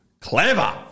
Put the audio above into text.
clever